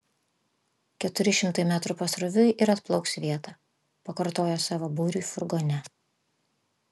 keturi šimtai metrų pasroviui ir atplauks į vietą pakartojo savo būriui furgone